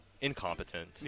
incompetent